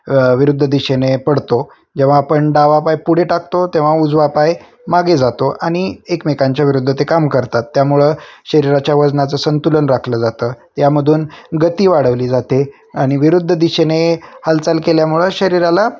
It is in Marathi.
विरुद्ध दिशेने पडतो जेव्हा आपण डावा पाय पुढे टाकतो तेव्हा उजवा पाय मागे जातो आणि एकमेकांच्या विरुद्ध ते काम करतात त्यामुळं शरीराच्या वजनाचं संतुलन राखलं जातं यामधून गती वाढवली जाते आणि विरुद्ध दिशेने हालचाल केल्यामुळं शरीराला